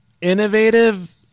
innovative